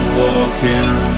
walking